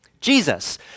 Jesus